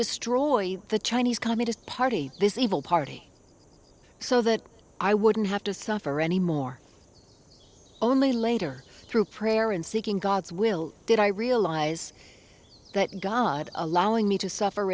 destroy the chinese communist party busy evil party so that i wouldn't have to suffer any more only later through prayer and seeking god's will did i realize that god allowing me to suffer